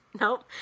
nope